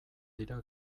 dira